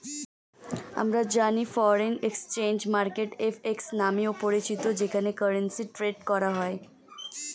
আমরা জানি foreign exchange market FX নামেও পরিচিত যেখানে কারেন্সি ট্রেড করা হয়